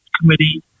committee